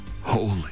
holy